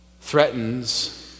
threatens